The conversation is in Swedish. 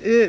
det.